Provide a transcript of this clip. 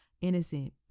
innocent